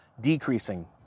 decreasing